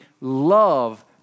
love